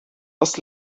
aus